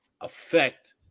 affect